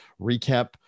Recap